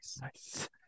Nice